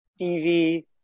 TV